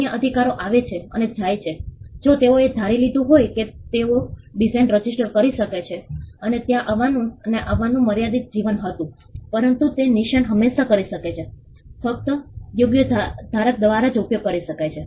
અન્ય અધિકારો આવે છે અને જાય છે જો તેઓએ ધારી લીધું હોત કે તેઓએ ડિઝાઇન રજીસ્ટર કરી છે અને ત્યાં આવવાનું અને આવવાનું મર્યાદિત જીવન હતું પરંતુ તે નિશાન હંમેશાં કરી શકે છે ફક્ત યોગ્ય ધારક દ્વારા જ ઉપયોગ કરી શકાય છે